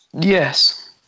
Yes